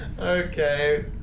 Okay